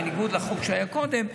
בניגוד לחוק שהיה קודם,